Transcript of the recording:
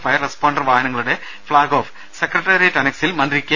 fire responder വാഹനങ്ങളുടെ flag off secretariat അന ക്സിൽ മന്ത്രി കെ